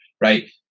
right